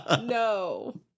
No